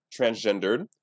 Transgendered